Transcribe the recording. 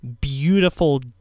beautiful